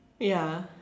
ya